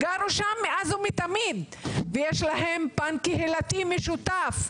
שגרו שם מאז ומתמיד ויש להם פן קהילתי משותף.